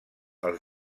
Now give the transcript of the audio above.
als